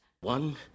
One